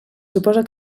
suposa